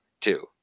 Two